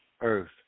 Earth